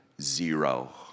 Zero